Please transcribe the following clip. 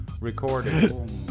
recorded